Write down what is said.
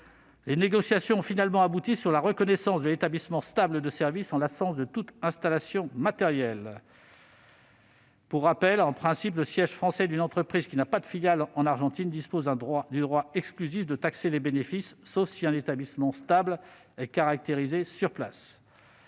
Les négociations ont finalement abouti à la reconnaissance de l'établissement stable de services en l'absence de toute installation matérielle. En principe, le siège français d'une entreprise qui ne possède pas de filiales en Argentine dispose du droit exclusif de taxer les bénéfices, sauf si un établissement stable est caractérisé sur place.